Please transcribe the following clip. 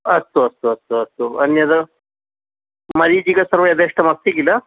अस्तु अस्तु अस्तु अस्तु अन्यद् मरीचिका सर्वे यथेष्टमस्ति किल